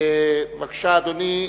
בבקשה, אדוני.